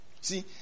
see